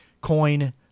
coin